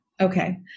Okay